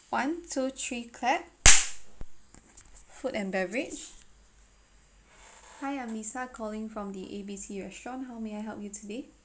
one two three clap food and beverage hi I'm lisa calling from the A B C restaurant how may I help you today